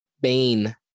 bane